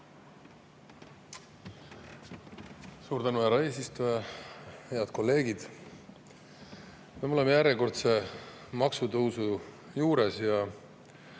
Suur tänu, härra eesistuja! Head kolleegid! Me oleme järjekordse maksutõusu juures ja